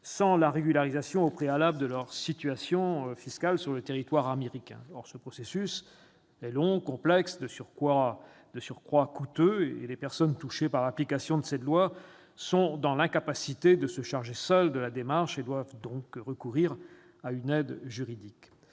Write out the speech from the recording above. sans la régularisation au préalable de leur situation fiscale sur le territoire américain. Or ce processus étant long, complexe et, de surcroît, coûteux, les personnes touchées par l'application de cette loi sont dans l'incapacité de se charger seules de la démarche et doivent donc recourir à une aide juridique.